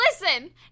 listen